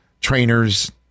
trainers